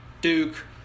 Duke